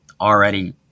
already